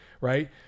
right